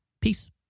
Peace